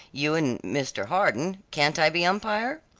you and mr. hardon can't i be umpire?